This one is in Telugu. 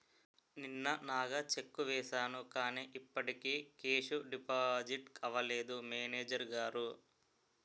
నిన్ననగా చెక్కు వేసాను కానీ ఇప్పటికి కేషు డిపాజిట్ అవలేదు మేనేజరు గారు